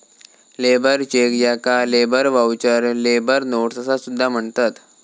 labour cheque याका labour voucher, labour notes असा सुद्धा म्हणतत